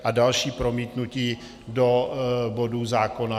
A další promítnutí do bodů zákona.